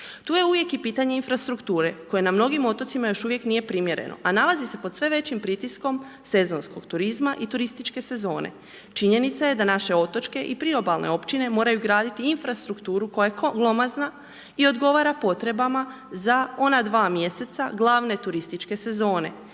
Tu je uvijek i pitanje infrastrukture koja na mnogim otocima još uvijek nije primjerena a nalazi se pod sve većim pritiskom sezonskog turizma i turističke sezone. Činjenica je da naše otočke i priobalne općine moraju graditi infrastrukturu koja je glomazna i odgovara potrebama za ona dva mjeseca glavne turističke sezone